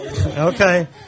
Okay